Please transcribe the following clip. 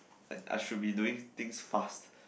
like I should be doing things fast